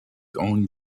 own